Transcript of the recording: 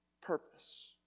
purpose